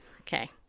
Okay